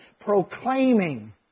proclaiming